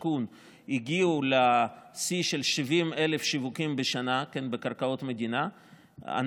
היה שר השיכון הגיעו לשיא של 70,000 שיווקים בשנה בקרקעות מדינה,